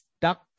stuck